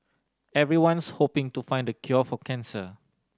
everyone's hoping to find the cure for cancer